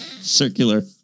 circular